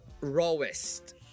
rawest